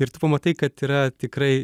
ir tu pamatai kad yra tikrai